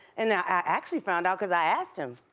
and i actually found out cause i asked him.